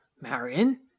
Marion